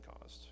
caused